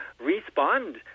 respond